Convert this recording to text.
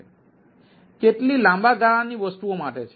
કેટલી લાંબા ગાળાની વસ્તુઓ માટે છે